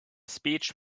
speech